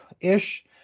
ish